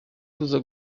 tuza